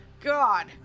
God